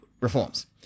reforms